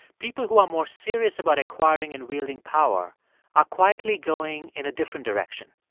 people who are more serious about acquiring and wielding power are quietly going in a different direction.